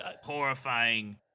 horrifying